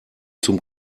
zum